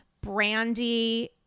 Brandy